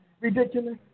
ridiculous